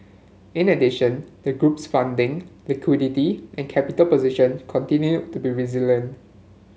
in addition the group's funding liquidity and capital position continued to be resilient